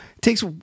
takes